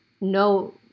no